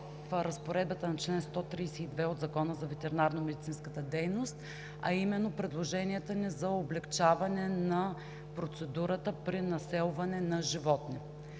в Разпоредбата на чл. 132 от Закона за ветеринарномедицинската дейност, а именно предложенията ни за облекчаване на процедурата при населване на животни.